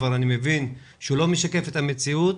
אני מבין שהוא לא משקף את המציאות.